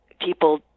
people